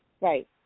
Right